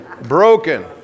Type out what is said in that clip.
Broken